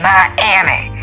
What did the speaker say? Miami